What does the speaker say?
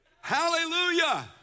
Hallelujah